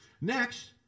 Next